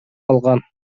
калган